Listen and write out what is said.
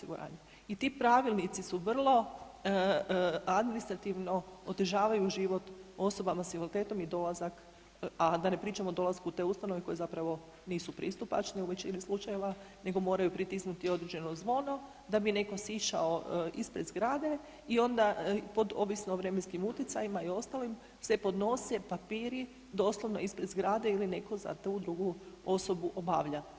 I ti pravilnici su vrlo administrativno otežavaju život osobama s invaliditetom i dolazak, a da ne pričam o dolasku u te ustanove koje zapravo nisu pristupačni u većini slučajeva nego moraju pritisnuti određeno zvono da bi netko sišao ispred zgrade i onda pod ovisno o vremenskim utjecajima i ostalim se podnose papiri doslovno ispred zgrade ili netko drugi za tu osobu obavlja.